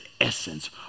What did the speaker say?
essence